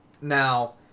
Now